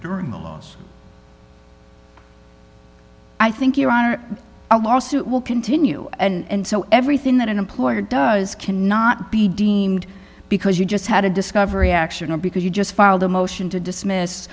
during the loss i think you are a lawsuit will continue and so everything that an employer does cannot be deemed because you just had a discovery action or because you just filed a motion to dismiss